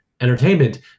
entertainment